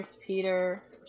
Peter